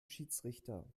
schiedsrichter